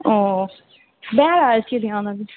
ओ दए रहल छी ध्यान हम